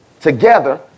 together